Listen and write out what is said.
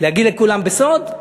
להגיד לכולם בסוד?